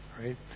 Right